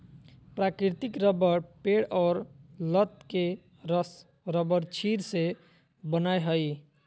प्राकृतिक रबर पेड़ और लत के रस रबरक्षीर से बनय हइ